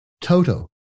Toto